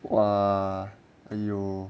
!wah! you